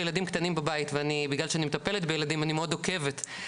ילדים קטנים בבית ובגלל שאני מטפלת בילדים אני מאוד עוקבת,